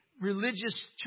religious